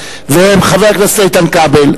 והם חבר הכנסת איתן כבל,